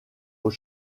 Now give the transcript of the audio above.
aux